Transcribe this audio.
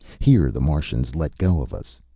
here the martians let go of us.